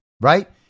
right